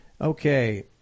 Okay